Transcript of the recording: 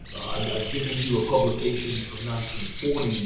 um i've given you a publication from nineteen forty s,